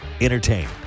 Entertain